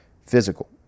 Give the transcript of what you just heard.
physical